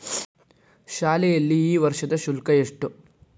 ಶಾಲೆಯಲ್ಲಿ ಈ ವರ್ಷದ ಶುಲ್ಕ ಎಷ್ಟು?